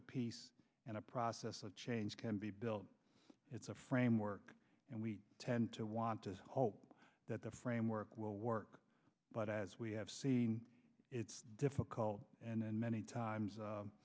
a peace and a process of change can be built it's a framework and we tend to want to hope that the framework will work but as we have seen it's difficult and many times u